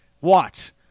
Watch